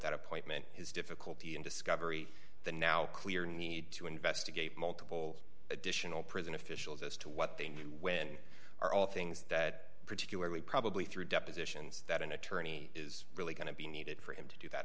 that appointment his difficulty in discovery the now clear need to investigate multiple additional prison officials as to what they knew when are all things that particularly probably through depositions that an attorney is really going to be needed for him to do that